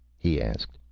he asked.